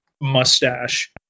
mustache